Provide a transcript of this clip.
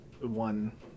one